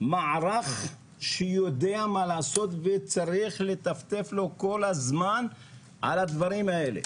מערך שיודע מה לעשות וצריך לטפטף לו כל הזמן על הדברים האלה,